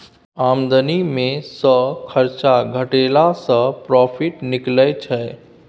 आमदनी मे सँ खरचा घटेला सँ प्रोफिट निकलै छै